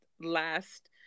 last